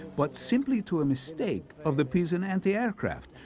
but simply to a mistake of the pisan anti-aircraft,